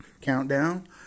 Countdown